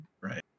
Right